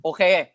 Okay